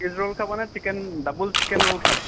চিজ roll খাবানে chicken double chicken roll খাবা